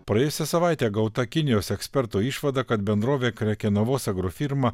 praėjusią savaitę gauta kinijos eksperto išvada kad bendrovė krekenavos agrofirma